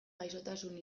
gaixotasun